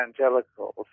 evangelicals